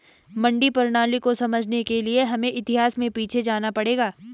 मंडी प्रणाली को समझने के लिए हमें इतिहास में पीछे जाना पड़ेगा